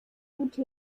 utf